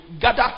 gather